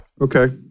Okay